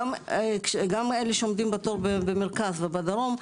גם אלה שעומדים בתור במרכז ובדרום,